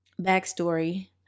backstory